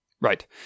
Right